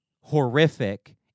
horrific